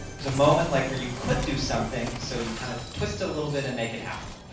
was a moment like where you could do something, so you kind of twist a little bit and make it happen.